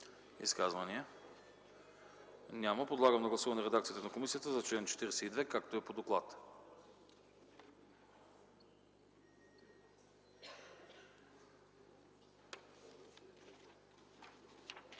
Изказвания? Няма. Подлагам на гласуване редакцията на комисията за чл. 46, така както е по доклада.